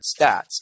stats